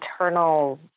internal